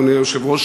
אדוני היושב-ראש,